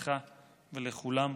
לך ולכולם.